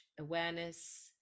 awareness